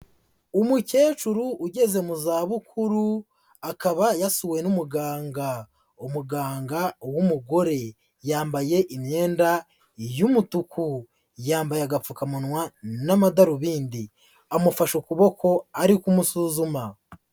Umukecuru ugeze mu zabukuru, akaba yasuwe n'umuganga. Umuganga w'umugore. Yambaye imyenda y'umutuku, yambaye agapfukamunwa n'amadarubindi amufashe ukuboko ari kumusuzuma.